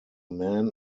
man